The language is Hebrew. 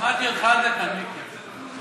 שמעתי אותך עד לכאן, מיקי.